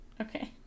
Okay